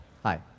Hi